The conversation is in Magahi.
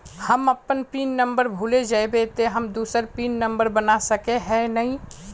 हम अपन पिन नंबर भूल जयबे ते हम दूसरा पिन नंबर बना सके है नय?